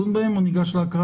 שנקרא